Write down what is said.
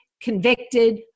convicted